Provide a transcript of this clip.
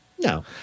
No